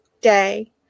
day